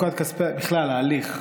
בכלל ההליך,